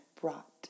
brought